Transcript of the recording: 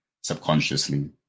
subconsciously